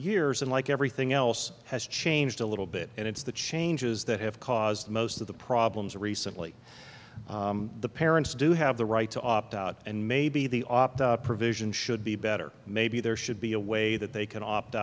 years and like everything else has changed a little bit and it's the changes that have caused most of the problems recently the parents do have the right to opt out and maybe the opt out provision should be better maybe there should be a way that they can opt